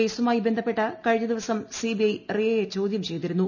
കേസുമായി ബന്ധപ്പെട്ട് കഴിഞ്ഞ ദിവസം സിബിഐ റിയയെ ചോദ്യം ചെയ്തിരുന്നു